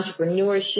entrepreneurship